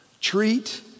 Treat